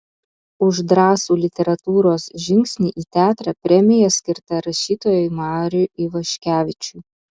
už drąsų literatūros žingsnį į teatrą premija skirta rašytojui mariui ivaškevičiui